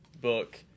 book